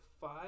five